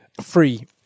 free